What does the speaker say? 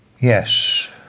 Yes